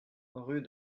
rue